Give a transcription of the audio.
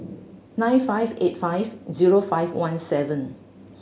nine five eight five zero five one seven